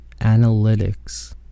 analytics